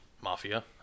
mafia